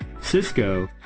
Cisco